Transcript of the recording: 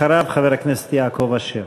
אחריו, חבר הכנסת יעקב אשר.